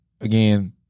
Again